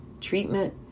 treatment